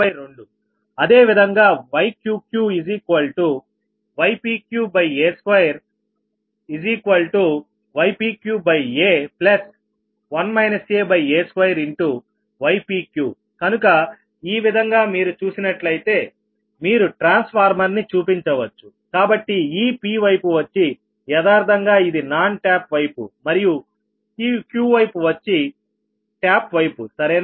అదేవిధంగా Yqqypqa2ypqa1 aa2ypqకనుక ఈ విధంగా మీరు చూసినట్లయితే మీరు ట్రాన్స్ఫార్మర్ ని చూపించవచ్చు కాబట్టి ఈ Pవైపు వచ్చి యదార్ధంగా ఇది నాన్ టాప్ వైపు మరియు Qవైపు వచ్చి టాప్ వైపు సరేనా